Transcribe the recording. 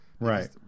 Right